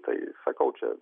tai sakau čia